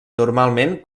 normalment